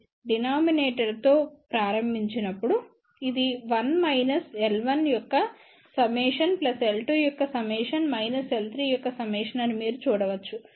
denominated తో ప్రారంభించినప్పుడు ఇది 1 మైనస్ L యొక్క సమ్మేషన్ L యొక్క సమ్మేషన్ మైనస్ L యొక్క సమ్మేషన్ అని మీరు చూడవచ్చు